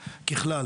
ככל,